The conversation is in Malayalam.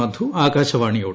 മധു ആകാശവാണിയോട്